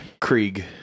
Krieg